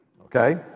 Okay